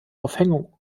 aufhängung